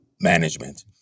Management